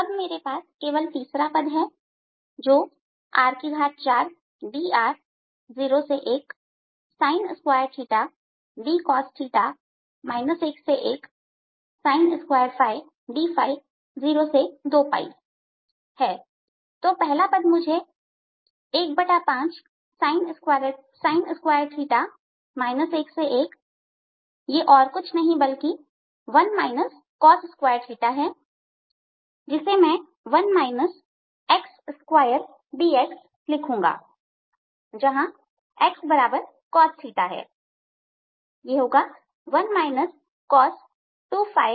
अब मेरे पास केवल तीसरा पद है जो 01 r4dr 11 sin2 dcosθ 02 sin2 dϕहै तो पहला पद मुझे 15 11 sin2 जो कुछ नहीं बल्कि हैं जिसे मैं dX लिखूंगा जहां Xcos है 02 2dϕहै